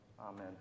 amen